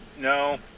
no